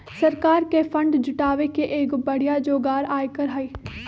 सरकार के फंड जुटावे के एगो बढ़िया जोगार आयकर हई